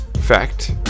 fact